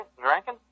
drinking